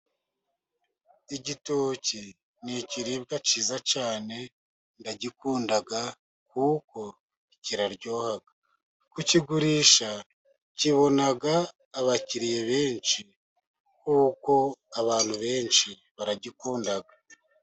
Igitoki ni ikiribwa cyiza cyane, ndagikunda kuko kiraryoha. Kukigurisha, kibona abakiriya benshi kuko abantu benshi baragikunda.